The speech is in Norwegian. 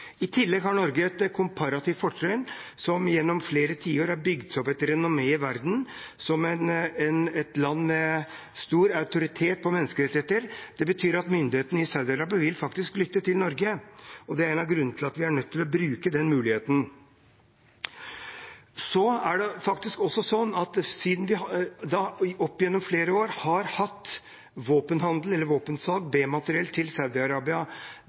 I tillegg har Norge et komparativt fortrinn. Vi har gjennom flere tiår bygget opp et renommé i verden som et land med stor autoritet på menneskerettigheter. Det betyr at myndighetene i Saudi-Arabia faktisk vil lytte til Norge, og det er en av grunnene til at vi er nødt til å bruke den muligheten. Det er også sånn at vi opp gjennom flere år har hatt våpensalg av B-materiell til Saudi-Arabia, og det er noe av det mest kritiske i dette. Når det gjelder land vi har våpenhandel